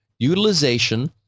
Utilization